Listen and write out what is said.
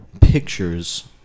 pictures